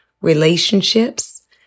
relationships